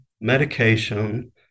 medication